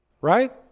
right